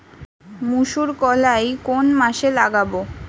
মুসুর কলাই কোন মাসে লাগাব?